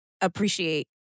appreciate